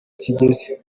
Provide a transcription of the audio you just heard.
kigeze